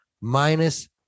minus